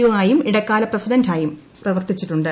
O ആയും ഇടക്കാല പ്രസിഡന്റായും പ്രവർത്തിച്ചിട്ടുണ്ട്